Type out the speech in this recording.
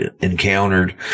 encountered